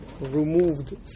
removed